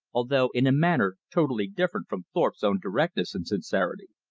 although in a manner totally different from thorpe's own directness and sincerity.